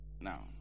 Now